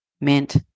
mint